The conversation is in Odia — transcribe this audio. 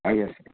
ଆଜ୍ଞା